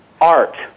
art